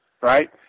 right